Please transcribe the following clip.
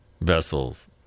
vessels